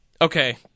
Okay